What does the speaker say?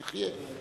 נחיה.